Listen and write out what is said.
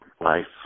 life